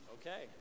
Okay